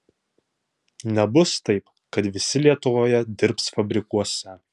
nebus taip kad visi lietuvoje dirbs fabrikuose